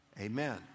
Amen